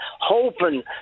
hoping